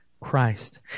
Christ